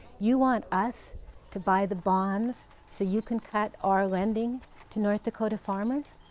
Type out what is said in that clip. you want us to buy the bonds so you can cut our lending to north dakota farmers?